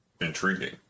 intriguing